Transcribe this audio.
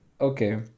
Okay